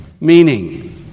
meaning